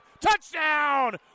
Touchdown